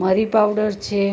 મરી પાવડર છે